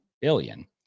billion